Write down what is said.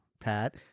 Pat